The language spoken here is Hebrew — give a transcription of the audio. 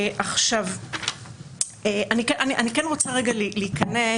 אני כן רוצה להיכנס,